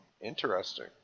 Interesting